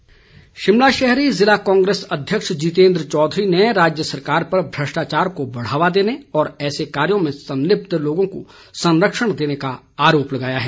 कांग्रे स शिमला शहरी जिला कांग्रेस अध्यक्ष जितेन्द्र चौधरी ने राज्य सरकार पर भ्रष्टाचार को बढ़ावा देने और ऐसे कार्यों में संलिप्त लोगों को संरक्षण देने का आरोप लगाया है